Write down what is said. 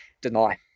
deny